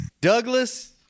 Douglas